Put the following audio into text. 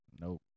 Nope